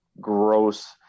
gross